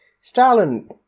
Stalin